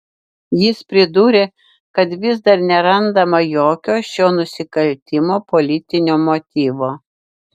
jis pridūrė kad vis dar nerandama jokio šio nusikaltimo politinio motyvo